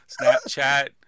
Snapchat